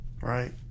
right